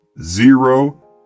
Zero